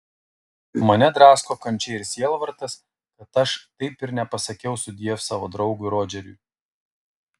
o mane drasko kančia ir sielvartas kad aš taip ir nepasakiau sudiev savo draugui rodžeriui